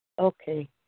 Okay